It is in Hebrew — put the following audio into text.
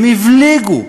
הם הבליגו,